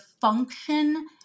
function